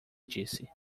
disse